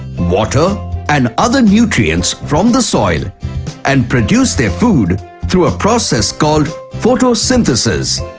water and other nutrients from the soil and produce their food through a process called photosynthesis.